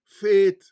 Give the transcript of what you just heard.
faith